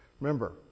Remember